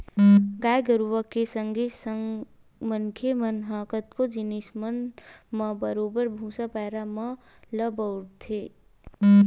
गाय गरुवा के संगे संग मनखे मन ह कतको जिनिस मन म बरोबर भुसा, पैरा मन ल बउरथे